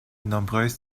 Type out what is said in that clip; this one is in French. nombreuses